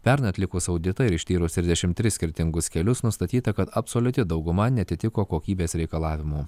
pernai atlikus auditą ir ištyrus trisdešimt tris skirtingus kelius nustatyta kad absoliuti dauguma neatitiko kokybės reikalavimų